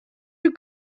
you